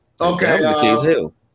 Okay